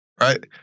right